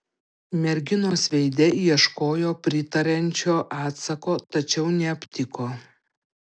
merginos veide ieškojo pritariančio atsako tačiau neaptiko